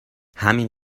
همین